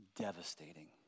devastating